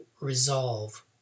resolve